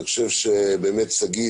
אני חושב שבאמת שגית,